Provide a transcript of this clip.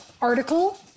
article